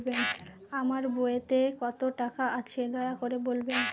আমার বইতে কত টাকা আছে দয়া করে বলবেন?